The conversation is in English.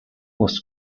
was